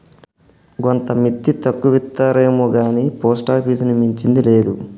గోంత మిత్తి తక్కువిత్తరేమొగాని పోస్టాపీసుని మించింది లేదు